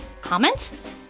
comment